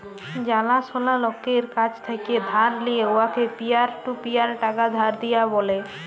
জালাশলা লকের কাছ থ্যাকে ধার লিঁয়ে উয়াকে পিয়ার টু পিয়ার টাকা ধার দিয়া ব্যলে